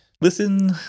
Listen